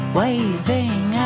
waving